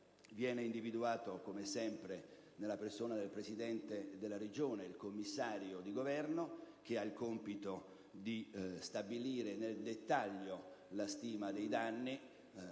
sempre individuato nella persona del Presidente della Regione il commissario di Governo che ha il compito di stabilire nel dettaglio la stima dei danni